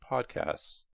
Podcasts